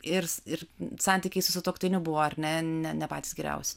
ir ir santykiai su sutuoktiniu buvo ar ne ne ne patys geriausi